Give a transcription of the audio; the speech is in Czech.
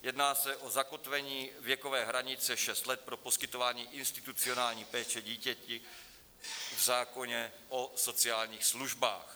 Jedná se o zakotvení věkové hranice šest let pro poskytování institucionální péče dítěti v zákoně o sociálních službách.